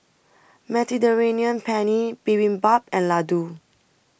Mediterranean Penne Bibimbap and Ladoo